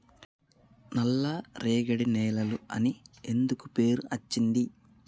నల్లరేగడి నేలలు అని ఎందుకు పేరు అచ్చింది?